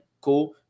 Cool